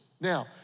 Now